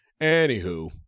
Anywho